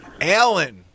Alan